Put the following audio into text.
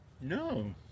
No